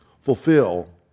fulfill